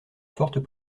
fortes